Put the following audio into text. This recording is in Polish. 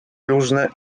różne